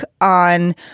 on